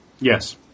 Yes